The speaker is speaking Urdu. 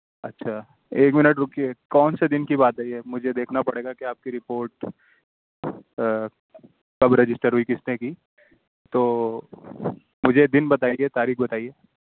اچھا ایک منٹ رکیے کون سے دن کی بات ہے یہ مجھے دیکھنا پڑے گا کہ آپ کی رپورٹ کب رجسٹر ہوئی کس نے کی تو مجھے دن بتایئے تاریخ بتایئے